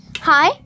Hi